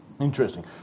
Interesting